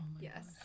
Yes